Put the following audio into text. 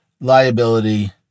liability